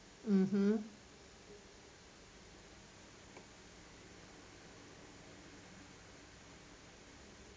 (uh huh)